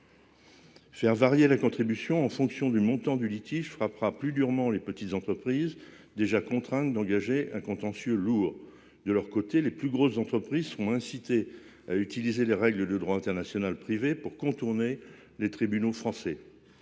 Faire varier la contribution en fonction du montant du litige frappera plus durement les petites entreprises déjà contrainte d'engager un contentieux lourd. De leur côté, les plus grosses entreprises seront incités à utiliser les règles de droit international privé pour contourner les tribunaux français.